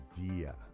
idea